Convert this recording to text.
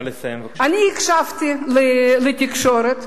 אני הקשבתי לתקשורת,